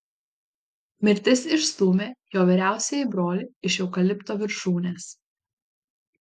mirtis išstūmė jo vyriausiąjį brolį iš eukalipto viršūnės